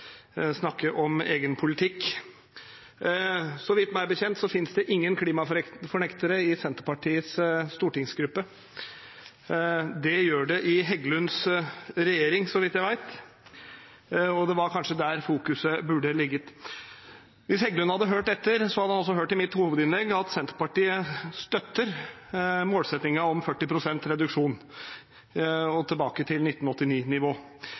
snakke om egen politikk. Meg bekjent finnes det ingen klimafornektere i Senterpartiets stortingsgruppe. Det gjør det i representanten Heggelunds regjering så vidt jeg vet, og det var kanskje det man burde fokusert på. Hvis representanten Heggelund hadde hørt etter, hadde han også hørt i mitt hovedinnlegg at Senterpartiet støtter målsettingen om 40 pst. reduksjon, tilbake til